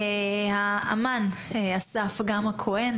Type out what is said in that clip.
האמן אסף גאם הכהן,